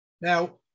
Now